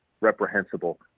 reprehensible